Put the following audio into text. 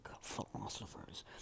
philosophers